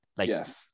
yes